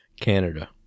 Canada